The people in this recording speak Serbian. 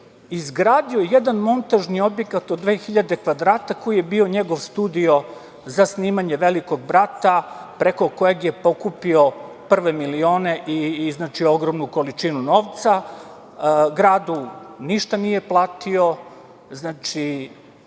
izgradio jedan montažni objekat od 2.000 kvadrata koji je bio njegov studio za snimanje „Velikog brata“, preko kojeg je pokupio prve milione i ogromnu količinu novca. Gradu ništa nije platio. Znači,